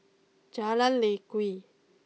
Jalan Lye Kwee